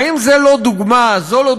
האם זו לא דוגמה מובהקת